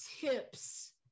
tips